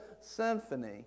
symphony